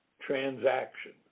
transaction